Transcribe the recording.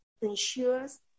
ensures